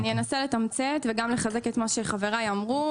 אני אנסה לתמצת וגם לחזק את מה שחבריי אמרו.